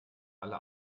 alle